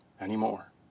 anymore